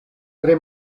tre